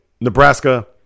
nebraska